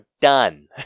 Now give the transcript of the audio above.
done